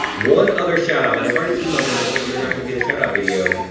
one other shout-out, that i've already emailed them and told them they're not gonna be the shout-out video.